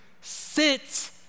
sit